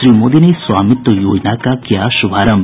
श्री मोदी ने स्वामित्व योजना का किया शुभारंभ